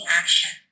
action